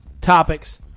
topics